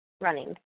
running